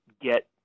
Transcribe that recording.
get